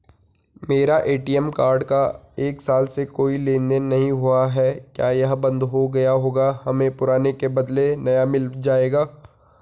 मेरा ATM card का एक साल से कोई लेन देन नहीं हुआ है क्या यह बन्द हो गया होगा हमें पुराने के बदलें नया मिल जाएगा?